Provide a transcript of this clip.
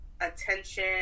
attention